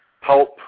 help –